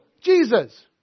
Jesus